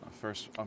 first